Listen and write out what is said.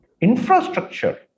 infrastructure